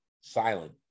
silent